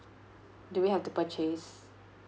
do we have to purchase